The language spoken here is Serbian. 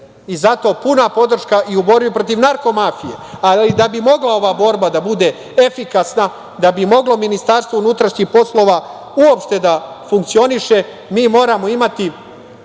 dece. Zato puna podrška i u borbi protiv narko mafije, ali da bi mogla ova borba da bude efikasna, da bi moglo Ministarstvo unutrašnjih poslova uopšte da funkcioniše, mi moramo imati